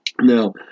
Now